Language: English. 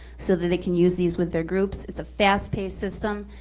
so that they can use these with their groups. it's a fast-paced system.